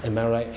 am I right